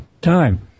time